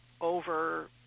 over